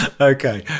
Okay